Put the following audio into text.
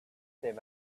them